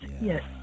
yes